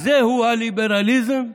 הזהו הליברליזם?